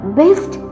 best